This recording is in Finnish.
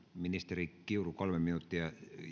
ministeri kiuru kolme minuuttia